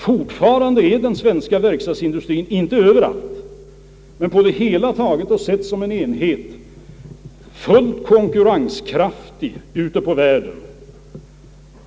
Fortfarande är den svenska verkstadsindustrien inte överallt men på det hela taget och sedd såsom en enhet fullt konkurrenskraftig ute i världen.